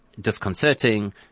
disconcerting